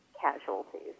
casualties